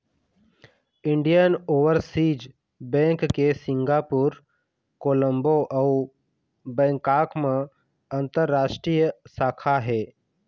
Indian overseas bank के Singapore, Colombo अउ Bangkok म अंतररास्टीय शाखा हे